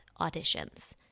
auditions